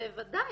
בוודאי.